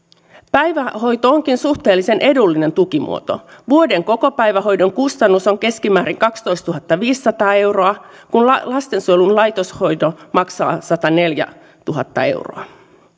päivähoito onkin suhteellisen edullinen tukimuoto vuoden kokopäivähoidon kustannus on keskimäärin kaksitoistatuhattaviisisataa euroa kun lastensuojelun laitoshoito maksaa sataneljätuhatta euroa